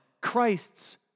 Christ's